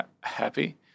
happy